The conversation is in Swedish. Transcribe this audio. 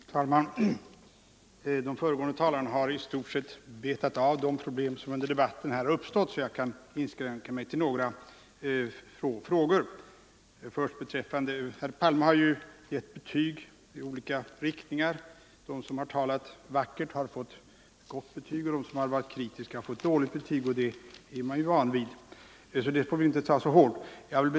Fru talman! De föregående talarna har i stort sett betat av de problem som uppstått under debatten, så jag kan inskränka mig till några frågor. Herr Palme har gett betyg i olika riktningar. De som har talat vackert har fått gott betyg och de som har varit kritiska har fått dåligt betyg —- och det är vi vana vid, så vi får inte ta det så hårt.